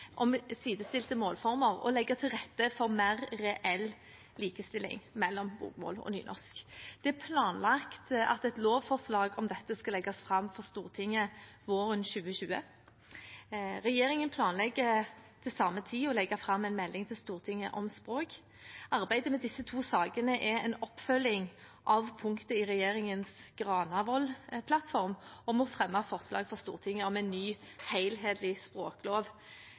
om sidestilte målformer og legge til rette for mer reell likestilling mellom bokmål og nynorsk. Det er planlagt at et lovforslag om dette skal legges fram for Stortinget våren 2020. Regjeringen planlegger til samme tid å legge fram en melding for Stortinget om språk. Arbeidet med disse to sakene er en oppfølging av punktet i Granavolden-plattformen om å fremme forslag for Stortinget om en ny, helhetlig språklov